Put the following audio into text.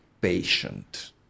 patient